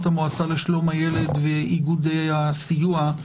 המועצה לשלום הילד ואיגוד מרכזי הסיוע.